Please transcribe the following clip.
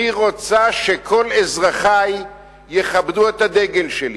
אני רוצה שכל אזרחי יכבדו את הדגל שלי,